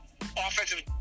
Offensive